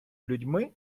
людьми